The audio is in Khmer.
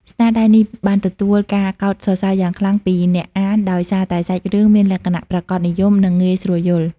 ស្នាដៃនេះបានទទួលការកោតសរសើរយ៉ាងខ្លាំងពីអ្នកអានដោយសារតែសាច់រឿងមានលក្ខណៈប្រាកដនិយម និងងាយស្រួលយល់។